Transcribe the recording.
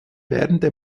werdende